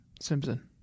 Simpson